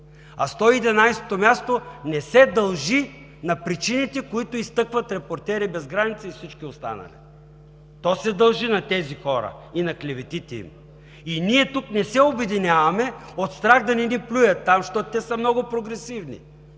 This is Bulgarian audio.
А 111-ото място не се дължи на причините, които изтъкват „Репортери без граници“ и всички останали, то се дължи на тези хора и на клеветите им. И ние тук не се обединяваме от страх да не ни плюят, защото те са много „прогресивни“,